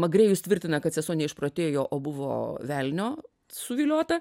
magrėjus tvirtina kad sesuo neišprotėjo o buvo velnio suviliota